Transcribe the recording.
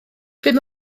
bum